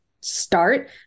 start